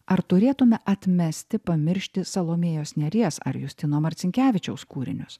ar turėtume atmesti pamiršti salomėjos nėries ar justino marcinkevičiaus kūrinius